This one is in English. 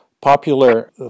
popular